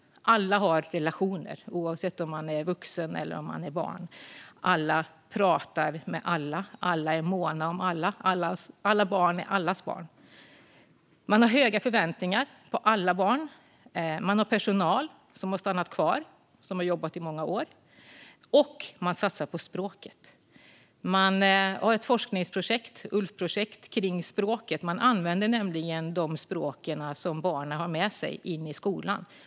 Alla har relationer oavsett om man är vuxen eller om man är barn. Alla pratar med alla. Alla är måna om alla. Alla barn är allas barn. Man har höga förväntningar på alla barn. Skolan har personal som har stannat kvar och som har jobbat där i många år. Och man satsar på språket. Man har ett forskningsprojekt - ett ULF-projekt - om språket. Man använder nämligen de språk som barnen har med sig in i skolan.